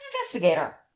investigator